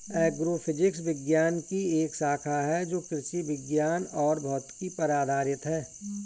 agrophysics विज्ञान की एक शाखा है जो कृषि विज्ञान और भौतिकी पर आधारित है